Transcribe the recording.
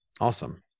Awesome